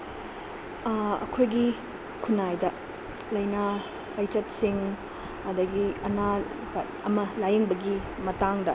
ꯑꯩꯈꯣꯏꯒꯤ ꯈꯨꯟꯅꯥꯏꯗ ꯂꯥꯏꯅꯥ ꯂꯥꯏꯆꯠꯁꯤꯡ ꯑꯗꯒꯤ ꯑꯅꯥꯕ ꯑꯃ ꯂꯥꯏꯌꯦꯡꯕꯒꯤ ꯃꯇꯥꯡꯗ